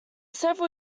several